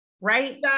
right